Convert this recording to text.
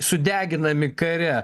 sudeginami kare